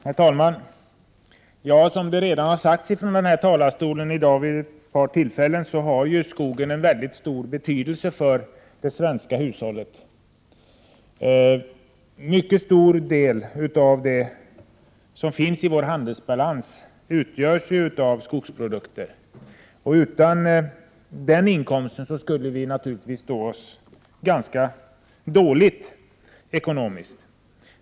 Herr talman! Som det redan har sagts från denna talarstol vid ett par tillfällen i dag har skogen en stor betydelse för det svenska hushållet. En mycket stor del av vår handelsbalans utgörs av skogsprodukter. Utan den inkomsten skulle vi stå oss ganska dåligt ekonomiskt.